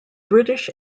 british